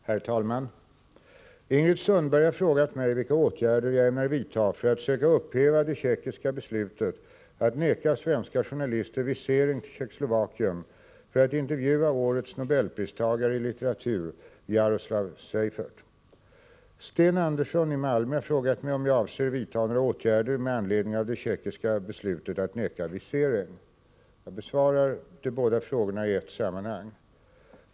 Herr talman! Ingrid Sundberg har frågat mig vilka åtgärder jag ämnar vidta för att söka upphäva det tjeckiska beslutet att neka svenska journalister visering till Tjeckoslovakien för att intervjua årets nobelpristagare i litteratur Jaroslav Seifert. Sten Andersson i Malmö har frågat mig om jag avser vidta några åtgärder med anledning av det tjeckiska beslutet att neka visering. Jag besvarar de båda frågorna i ett sammanhang.